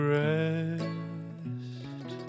rest